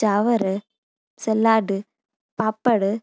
चांवर सलाद पापड़